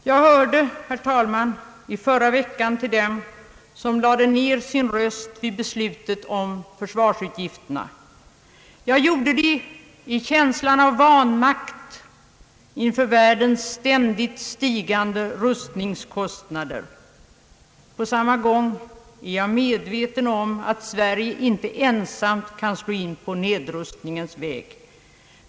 Jag hörde, herr talman, i förra veckan till dem som lade ner sin röst vid beslutet om försvarsutgifterna. Jag gjorde det i känslan av vanmakt inför världens ständigt stigande rustningskostnader. På samma gång är jag medveten om att Sverige inte ensamt kan slå in på nedrustningens väg.